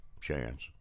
Chance